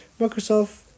Microsoft